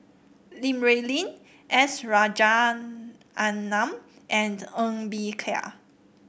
Li Rulin S Rajaratnam and Ng Bee Kia